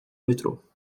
metrô